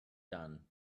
done